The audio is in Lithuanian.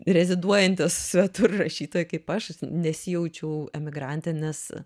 reziduojantys svetur rašytojai kaip aš nesijaučiau emigrante nes